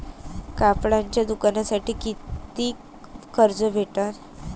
कापडाच्या दुकानासाठी कितीक कर्ज भेटन?